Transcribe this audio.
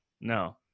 no